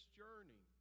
journey